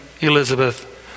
Elizabeth